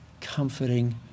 comforting